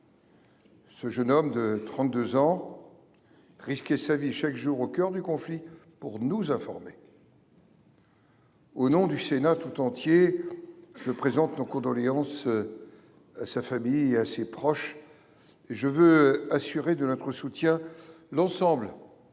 Ce jeune homme de 32 ans risquait sa vie chaque jour au coeur du conflit pour nous informer. Au nom du Sénat tout entier, je présente nos condoléances à sa famille et à ses proches et je veux assurer de notre soutien l'ensemble